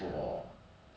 okay ah but